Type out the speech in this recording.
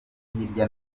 hirya